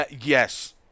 Yes